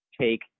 take